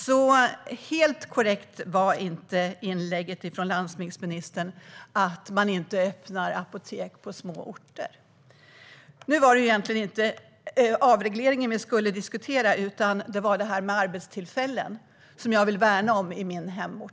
Så helt korrekt var inte inlägget från landsbygdsministern om att det inte öppnas apotek på små orter. Det var egentligen inte avregleringen vi skulle diskutera utan de arbetstillfällen som jag värnar om på min hemort.